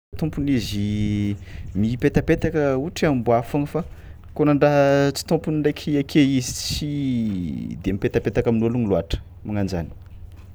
Tômpony izy mipetepetaka ohatry amboa foagna fa kôa nandraha tsy tômpony ndraiky ake izy tsy de mipetapetaka amin'ôlogno loàtra magnan-jany.